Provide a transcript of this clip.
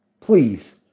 please